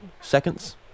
seconds